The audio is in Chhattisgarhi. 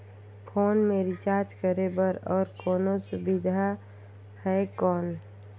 फोन मे रिचार्ज करे बर और कोनो सुविधा है कौन?